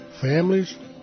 families